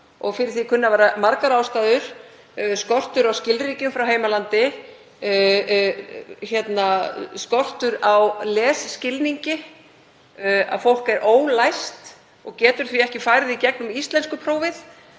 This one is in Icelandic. Fyrir því kunna að vera margar ástæður; skortur á skilríkjum frá heimalandi, skortur á lesskilningi, að fólk sé ólæst og geti því ekki farið í gegnum íslenskuprófið,